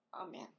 Amen